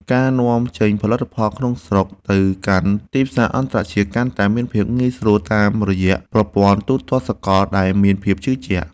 ការនាំចេញផលិតផលក្នុងស្រុកទៅកាន់ទីផ្សារអន្តរជាតិកាន់តែមានភាពងាយស្រួលតាមរយៈប្រព័ន្ធទូទាត់សកលដែលមានភាពជឿជាក់។